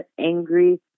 angry